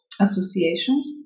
associations